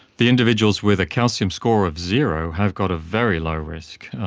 the individuals with a calcium score of zero have got a very low risk.